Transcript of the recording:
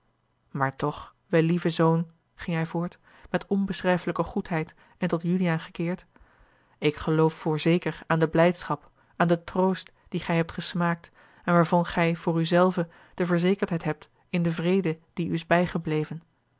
maar toch wellieve zoon ging hij voort met onbeschrijfelijke goedheid en tot juliaan gekeerd ik geloove voorzeker aan de blijdschap aan den troost dien gij hebt gesmaakt en waarvan gij voor u zelven de verzekerdheid hebt in den vrede die u is bijgebleven